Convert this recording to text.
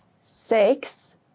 Six